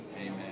Amen